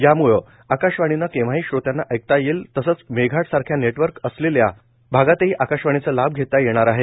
यामुळं आकाशवाणीने केव्हाही श्रोत्यांना ऐकता येईल तसंच मेळघाट सारख्या नेटवर्क असलेल्या भागातही आकाशवाणीचा लाभ घेता येणार आहे